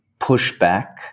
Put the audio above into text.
pushback